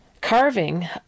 carving